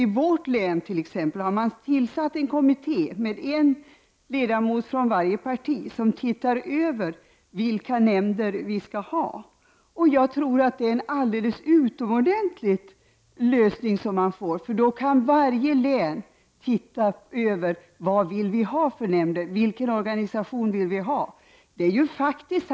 I t.ex. mitt hemlän har det tillsatts en kommitté med en ledamot från varje parti. Denna kommitté skall se över vilka nämnder som bör inrättas. Jag tror att man kommer fram till en alldeles utomordentlig lösning. Då kan varje län se över vilka nämnder de vill ha och vilken organisation som lämpar sig bäst.